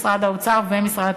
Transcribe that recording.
משרד האוצר ומשרד התקשורת.